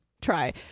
try